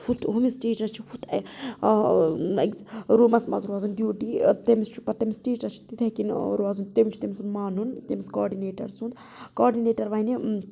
ہُتھ ہُمِس ٹیچرَس چھ ہُتھ أکس رومَس منٛز روزُن ڈِیوٹی تٔمِس چھُ پَتہٕ تٔمِس ٹیچرَس چھ تِتھَے کنہِ روزُن تٔمِس چھُ تٔمۍ سُنٛد مانُن تٔمِس کاڈنیٹَر سُنٛد کاڈنیٹَر وَنہِ